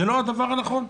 זה לא הדבר הנכון,